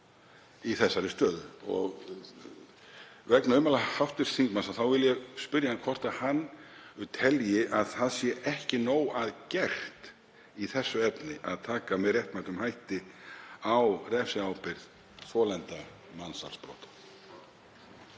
í þessari stöðu og vegna ummæla hv. þingmanns vil ég spyrja hann hvort hann telji að ekki sé nóg að gert í þessu efni, að taka með réttmætum hætti á refsiábyrgð þolenda mansalsbrota.